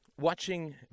watching